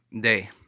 day